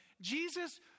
Jesus